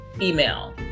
email